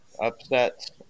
upsets